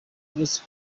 uretse